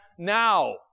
now